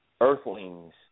earthlings